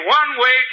one-way